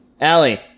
Allie